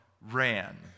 ran